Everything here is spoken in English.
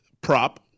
prop